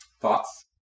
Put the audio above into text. Thoughts